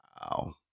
Wow